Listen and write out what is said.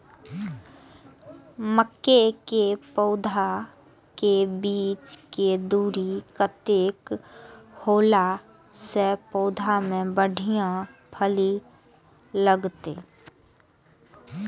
मके के पौधा के बीच के दूरी कतेक होला से पौधा में बढ़िया फली लगते?